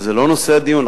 וזה לא נושא הדיון,